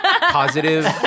Positive